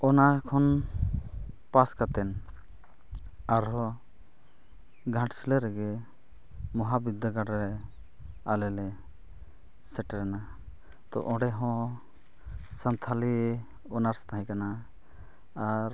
ᱚᱱᱟ ᱠᱷᱚᱱ ᱠᱟᱛᱮᱫ ᱟᱨᱦᱚᱸ ᱜᱷᱟᱴᱥᱤᱞᱟ ᱨᱮᱜᱮ ᱢᱚᱦᱟ ᱵᱤᱫᱽᱫᱟᱹᱜᱟᱲ ᱨᱮ ᱟᱞᱮ ᱞᱮ ᱥᱮᱴᱮᱨᱮᱱᱟ ᱛᱳ ᱚᱸᱰᱮ ᱦᱚᱸ ᱥᱟᱱᱛᱷᱟᱞᱤ ᱛᱟᱦᱮᱸ ᱠᱟᱱᱟ ᱟᱨ